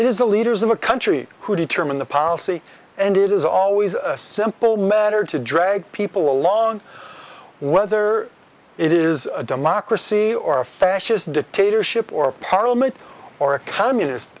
it is the leaders of a country who determine the policy and it is always a simple matter to drag people along whether it is a democracy or a fascist dictatorship or a parliament or a communist